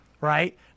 Right